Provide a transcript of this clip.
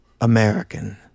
American